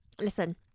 listen